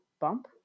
bump